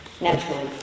Naturally